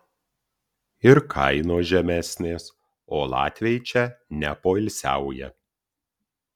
ir kainos žemesnės o latviai čia nepoilsiauja